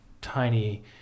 tiny